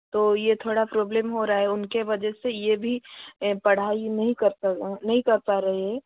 तो ये थोड़ा प्रॉब्लम हो रहा है उनकी वजह से ये भी पढ़ाई नहीं कर पा रहे हैं